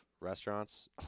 restaurants